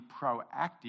proactive